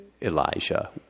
Elijah